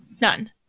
none